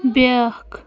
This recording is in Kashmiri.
بیٛاکھ